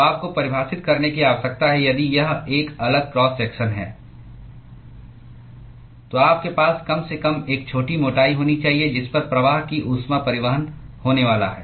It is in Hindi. तो आपको परिभाषित करने की आवश्यकता है यदि यह एक अलग क्रॉस सेक्शन है तो आपके पास कम से कम एक छोटी मोटाई होनी चाहिए जिस पर प्रवाहकीय ऊष्मा परिवहन होने वाला है